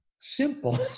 simple